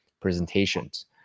presentations